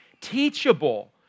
teachable